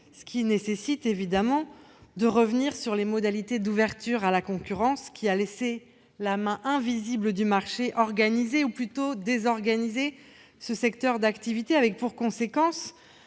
Cela nécessite évidemment de revenir sur les modalités de l'ouverture à la concurrence, qui a laissé la main invisible du marché organiser, ou plutôt désorganiser, ce secteur d'activité. Résultat